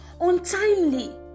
untimely